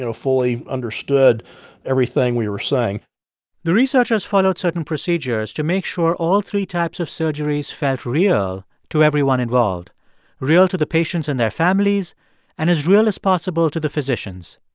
fully understood everything we were saying the researchers followed certain procedures to make sure all three types of surgeries felt real to everyone involved real to the patients and their families and as real as possible to the physicians.